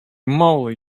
moly